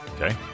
Okay